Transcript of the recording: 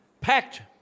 Packed